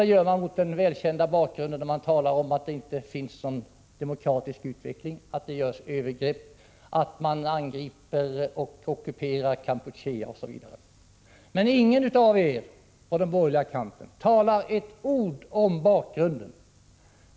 Det gör man mot den välkända bakgrunden att man säger att det inte finns någon demokratisk utveckling i landet, att det sker övergrepp, att Vietnam angriper och ockuperar Kampuchea osv. Men ingen på den borgerliga kanten talar ett ord om bakgrunden.